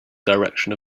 direction